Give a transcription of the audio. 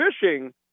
fishing